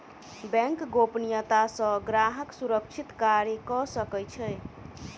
bank गोपनियता सॅ ग्राहक सुरक्षित कार्य कअ सकै छै